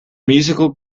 musical